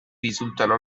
risultano